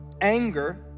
anger